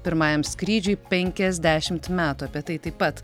pirmajam skrydžiui penkiasdešimt metų apie tai taip pat